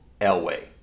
elway